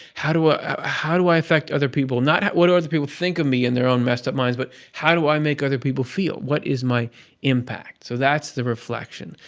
how do ah how do i affect other people? not, what do other people think of me in their own messed up minds, but how do i make other people feel? what is my impact. so that's the reflection.